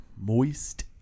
Moist